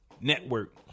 Network